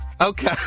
Okay